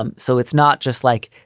um so it's not just like,